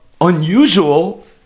unusual